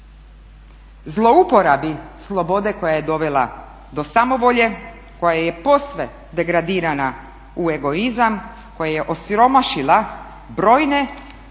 zlouporabi slobode koja je dovela do samovolje, koja je posve degradirana u egoizam, koja je osiromašila brojne